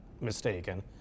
Mistaken